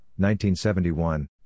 1971